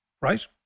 right